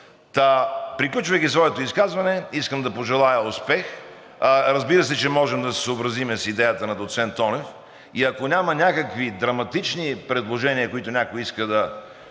Приключвайки своето изказване, искам да пожелая: „Успех!“ Разбира се, че можем да се съобразим с идеята на доц. Тонев и ако няма някакви драматични предложения, които някой иска да